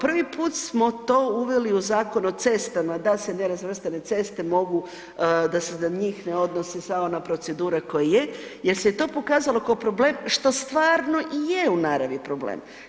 Prvi put smo to uveli u Zakon o cestama da se ne razvrstane ceste mogu, da se za njih ne odnosi sva ona procedura koja je jer se to pokazalo kao problem, što stvarno i je u naravi problem.